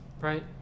Right